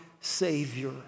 savior